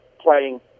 playing